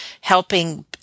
helping